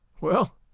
Well